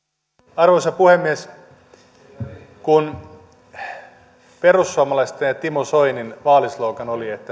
arvoisa puhemies kun perussuomalaisten ja timo soinin vaalislogan oli että